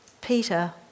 Peter